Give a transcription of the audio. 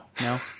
No